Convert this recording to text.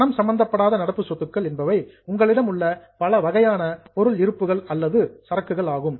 பணம் சம்பந்தப்படாத நடப்பு சொத்துக்கள் என்பவை உங்களிடம் உள்ள பலவகையான ஸ்டாக்ஸ் பொருள் இருப்புகள் அல்லது இன்வெண்டரி சரக்குகள் ஆகும்